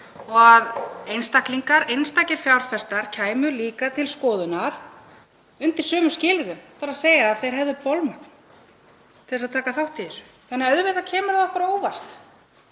og að einstaklingar, einstakir fjárfestar, kæmu líka til skoðunar undir sömu skilyrðum, þ.e. ef þeir hefðu bolmagn til að taka þátt í þessu. Auðvitað kemur það okkur á óvart